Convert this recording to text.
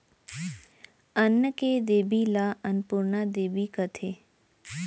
अन्न के देबी ल अनपुरना देबी कथें